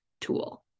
tool